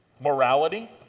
Morality